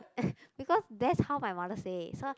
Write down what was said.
because that's how my mother say so